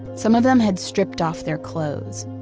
some of them had stripped off their clothes.